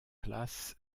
place